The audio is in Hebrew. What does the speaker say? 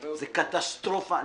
זו קטסטרופה.